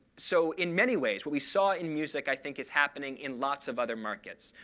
so in many ways, what we saw in music, i think is happening in lots of other markets.